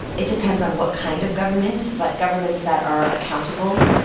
it depends on what kind of government. but governments that are accountable